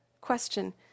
Question